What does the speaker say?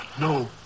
No